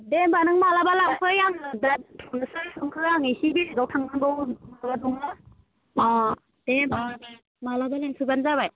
दे होनबा नों मालाबा लांफै आङो दा हास्लाबा हास्लाबा आं एसे बेलेकआव थांनांगौ दङ दे मालाबा लांफाबानो जाबाय